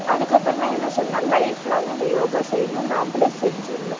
அதுக்கப்புறோம் நான் என்ன சொன்னேனா லைஃப் லாங்க் இந்த யோகா செய்யணும் நாம்மளே செஞ்சுடணும்